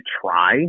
try